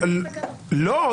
לא.